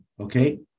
okay